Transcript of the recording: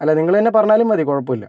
അല്ല നിങ്ങൾ തന്നെ പറഞ്ഞാലും മതി കുഴപ്പമില്ല